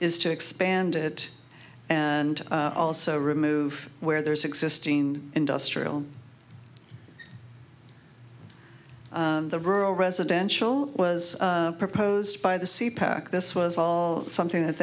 is to expand it and also remove where there's existing industrial the rural residential was proposed by the c pac this was all something that